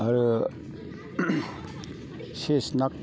आरो सेस नाक